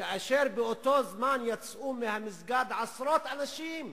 כאשר באותו זמן יצאו מהמסגד עשרות אנשים.